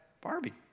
Barbie